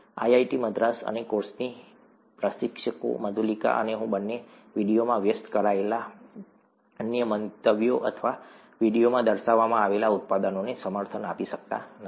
IIT Madras અને આ કોર્સના પ્રશિક્ષકો મધુલિકા અને હું બંને વિડિયોમાં વ્યક્ત કરાયેલા અન્ય મંતવ્યો અથવા વિડિયોમાં દર્શાવવામાં આવેલા ઉત્પાદનોને સમર્થન આપી શકતા નથી